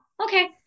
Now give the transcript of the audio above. Okay